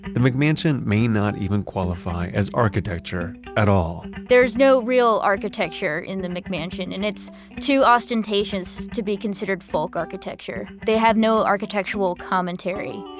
and the mcmansion may not even qualify as architecture at all there's no real architecture in the mcmansion and it's too ostentatious to be considered folk architecture. they have no architectural commentary.